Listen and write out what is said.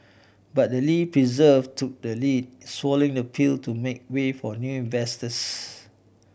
but the Lee persevere took the lead swallowing the pill to make way for new investors